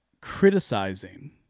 criticizing